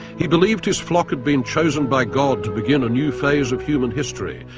he believed his flock had been chosen by god to begin a new phase of human history,